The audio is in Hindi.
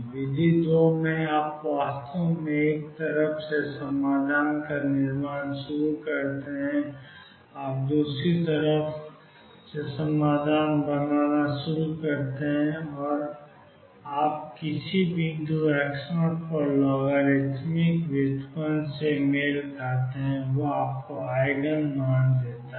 विधि 2 में आप वास्तव में एक तरफ से समाधान का निर्माण शुरू करते हैं आप दूसरी तरफ से समाधान बनाना शुरू करते हैं और आप किसी बिंदु x0 पर एक लॉगरिदमिक व्युत्पन्न से मेल खाते हैं जो आपको आइजन मान देता है